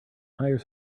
hire